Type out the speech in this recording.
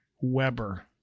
Weber